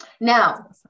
Now